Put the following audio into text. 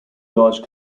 large